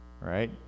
Right